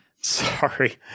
Sorry